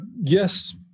yes